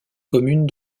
commune